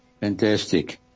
Fantastic